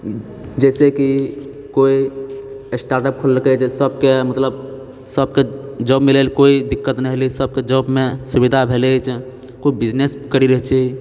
जाहिसँ कि कोइ स्टार्ट अप खोललकै जे सभके मतलब सभके जोब मिलैलऽ कोइ दिक्कत नहि भेलै सभके जॉबमे सुविधा भेलै जे कोइ बिजनेस करि रहल छै